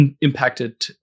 impacted